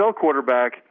quarterback